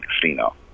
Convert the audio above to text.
Casino